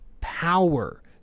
Power